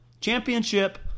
Championship